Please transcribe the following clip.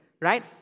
Right